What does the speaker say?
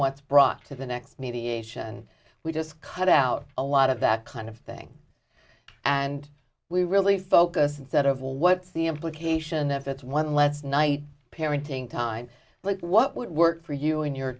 what's brought to the next mediation and we just cut out a lot of that kind of thing and we really focus instead of well what's the implication if it's one let's night parenting time like what would work for you and your